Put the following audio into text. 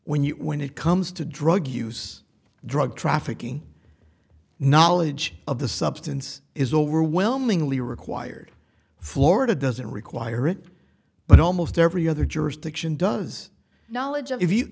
when you when it comes to drug use drug trafficking knowledge of the substance is overwhelmingly required florida doesn't require it but almost every other jurisdiction does knowledge of if you